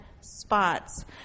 spots